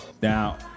Now